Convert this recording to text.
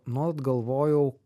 nuolat galvojau